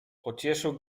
pocieszył